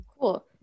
Cool